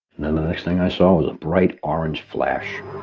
and then the next thing i saw was a bright orange flash